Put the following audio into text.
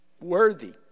worthy